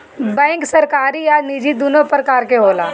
bank सरकारी आ निजी दुनु प्रकार के होला